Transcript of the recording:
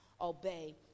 obey